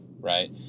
right